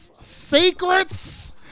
Secrets